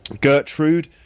Gertrude